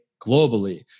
globally